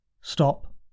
stop